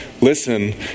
listen